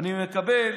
אני מקבל